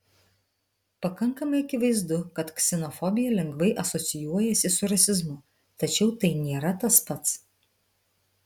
pakankamai akivaizdu kad ksenofobija lengvai asocijuojasi su rasizmu tačiau tai nėra tas pats